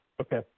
Okay